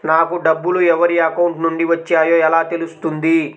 నాకు డబ్బులు ఎవరి అకౌంట్ నుండి వచ్చాయో ఎలా తెలుస్తుంది?